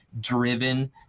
driven